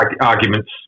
arguments